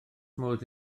modd